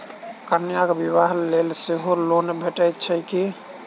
कन्याक बियाह लेल सेहो लोन भेटैत छैक की?